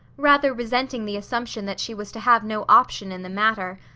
rather resenting the assumption that she was to have no option in the matter.